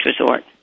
resort